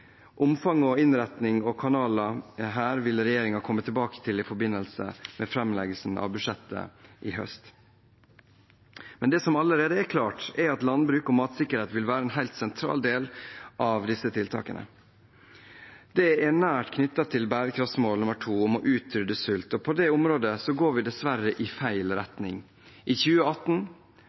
innretning og kanaler vil regjeringen komme tilbake til i forbindelse med framleggelsen av budsjettet i høst. Det som allerede er klart, er at landbruk og matsikkerhet vil være en helt sentral del av disse tiltakene. Dette er nært knyttet til bærekraftsmål nr. 2 om å utrydde sult. På dette området går vi dessverre i feil retning. I 2018